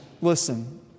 Listen